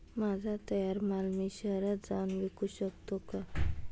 माझा तयार माल मी शहरात जाऊन विकू शकतो का?